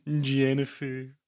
Jennifer